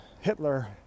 Hitler